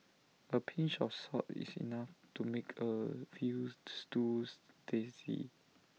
A pinch of salt is enough to make A Veal Stews tasty